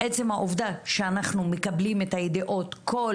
עצם העובדה שאנחנו מקבלים את הידיעות כל